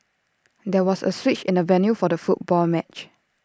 there was A switch in the venue for the football match